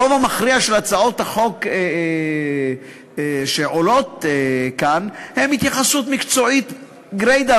הרוב המכריע של הצעות החוק שעולות כאן הן התייחסות מקצועית גרידא,